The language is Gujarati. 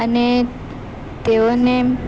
અને તેઓને